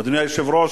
אדוני היושב-ראש,